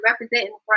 representing